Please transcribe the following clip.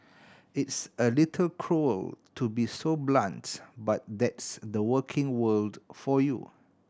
it's a little cruel to be so blunts but that's the working world for you